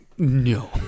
No